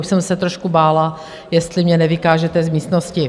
Už jsem se trošku bála, jestli mě nevykážete z místnosti.